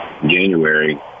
January